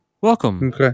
Welcome